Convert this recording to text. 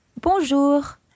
Bonjour